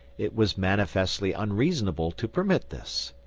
it was manifestly unreasonable to permit this.